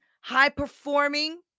high-performing